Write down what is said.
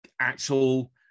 actual